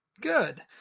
Good